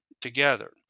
together